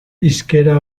hizkera